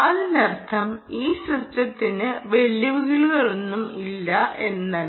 അതിനർത്ഥം ഈ സിസ്റ്റത്തിന് വെല്ലുവിളികളൊന്നുമില്ല എന്നല്ല